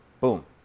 Boom